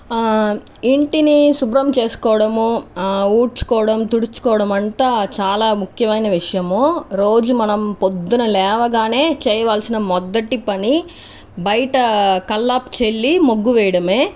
ఇంటిని శుభ్రం చేసుకోవడము ఉడుచుకోడం తుడుచుకోవడం అంతా చాలా ముఖ్యమైన విషయము రోజు మనం పొద్దున లేవగానే చేయవల్సిన మొదటి పని బయట కల్లాపి చల్లి ముగ్గు వేయడమే